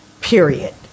period